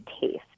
taste